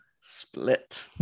split